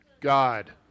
God